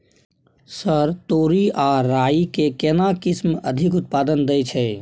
Sir तोरी आ राई के केना किस्म अधिक उत्पादन दैय छैय?